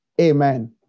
Amen